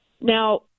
Now